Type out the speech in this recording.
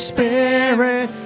Spirit